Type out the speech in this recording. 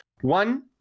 One